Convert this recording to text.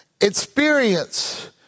experience